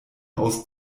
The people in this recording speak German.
aus